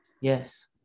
yes